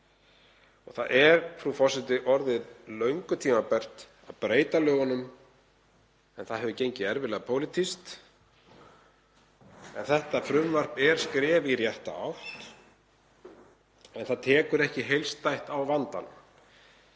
Það er orðið löngu tímabært að breyta lögunum en það hefur gengið erfiðlega pólitískt. Þetta frumvarp er skref í rétta átt. Það tekur ekki heildstætt á vandanum